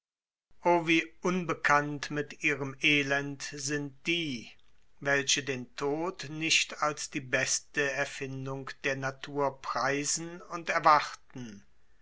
wie unbekannt mit ihrem elend sind die welche den tod nicht als die beste erfindung der natur preisen und erwarten